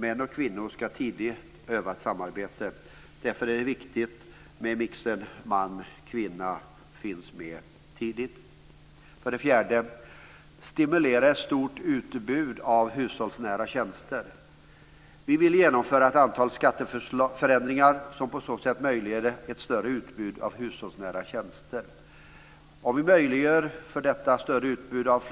Män och kvinnor ska tidigt öva ett samarbete. Därför är det viktigt att mixen mellan män och kvinnor finns med tidigt. För det fjärde: Stimulera ett stort utbud av hushållsnära tjänster. Vi vill genomföra ett antal skatteförändringar för att på så sätt möjliggöra ett större utbud av hushållsnära tjänster. Om vi möjliggör ett större utbud av